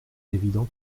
évident